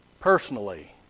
personally